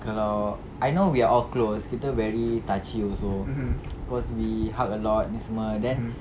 kalau I know we are all closed kita very touchy also cause we hug a lot ni semua then